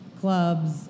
clubs